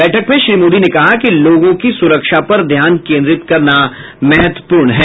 बैठक में श्री मोदी ने कहा कि लोगों की सुरक्षा पर ध्यान केनद्रित करना महत्वपूर्ण है